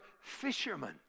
fishermen